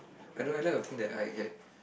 I don't like to think that I had